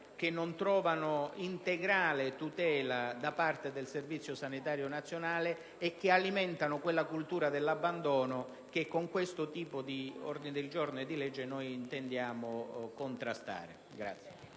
che non trovano integrale tutela da parte del Servizio sanitario nazionale e che alimentano quella cultura dell'abbandono che con questo ordine del giorno e questo disegno di legge intendiamo contrastare.